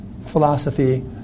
philosophy